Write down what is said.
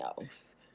else